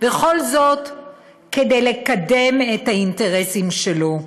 וכל זה כדי לקדם את האינטרסים שלו.